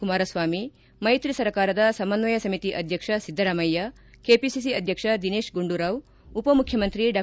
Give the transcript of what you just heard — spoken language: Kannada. ಕುಮಾರಸ್ವಾಮಿ ಮೈತ್ರಿ ಸರ್ಕಾರದ ಸಮನ್ವಯ ಸಮಿತಿ ಅಧ್ಯಕ್ಷ ಸಿದ್ದರಾಮಯ್ಯ ಕೆಪಿಸಿಸಿ ಅಧ್ಯಕ್ಷ ದಿನೇಶ್ ಗುಂಡೂರಾವ್ ಉಪಮುಖ್ಯಮಂತ್ರಿ ಡಾ